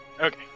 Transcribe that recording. Okay